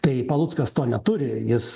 tai paluckas to neturi jis